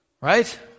Right